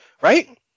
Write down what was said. right